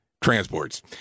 transports